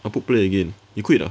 I put play again you quit ah